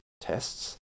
tests